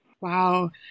Wow